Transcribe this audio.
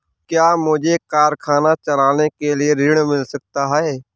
क्या मुझे कारखाना चलाने के लिए ऋण मिल सकता है?